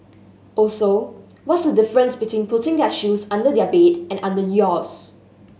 also what's the difference between putting their shoes under their bed and under yours